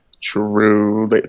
True